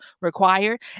required